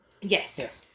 Yes